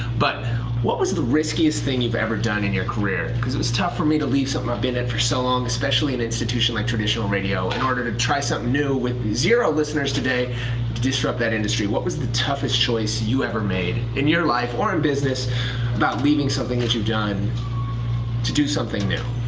but what was the riskiest thing you've ever done in your career? because it was tough for me to leave something i've been at for so long, especially an institution like traditional radio, in order to try something new with zero listeners today to disrupt that industry. what was the toughest choice you ever made in your life or in business about leaving something that you've done to do something new?